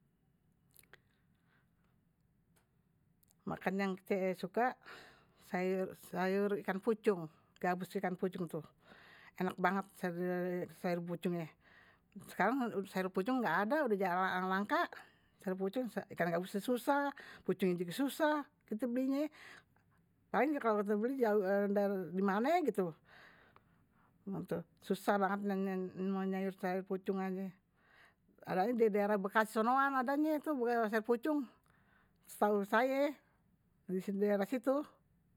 Makan yang kite suka, sayur ikan pucung, gabus ikan pucung itu. Enak banget sayur pucungnya. Sekarang sayur pucung nggak ada, udah jalan langka. Sayur pucung, ikan gabusnya susah, pucungnya juga susah. Kite belinya, paling kalau kite beli jauh dari mana gitu. Susah banget nyayur sayur pucung aja. Ada di daerah bekasi sonoan adanya, itu sayur pucung. Sayur sayur. setahu saya didaerah situ